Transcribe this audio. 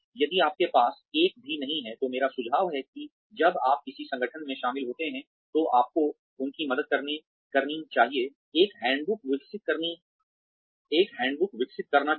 यदि आपके पास एक भी नहीं है तो मेरा सुझाव है कि जब आप किसी संगठन में शामिल होते हैं तो आपको उनकी मदद करनी चाहिए एक हैंडबुक विकसित करना चाहिए